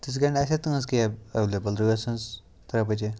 تِژٕ گرِ آسیٛا تٔہٕنٛز کیب ایٚولیبُل رٲژ ہٕنٛز ترٛےٚ بجے